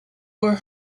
were